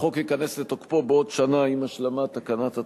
החוק ייכנס לתוקפו בעוד שנה עם השלמת התקנת התקנות.